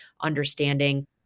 understanding